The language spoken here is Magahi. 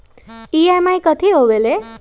ई.एम.आई कथी होवेले?